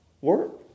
work